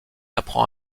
apprend